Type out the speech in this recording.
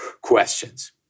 questions